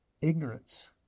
ignorance